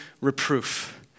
reproof